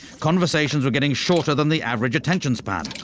conversations were getting shorter than the average attention span.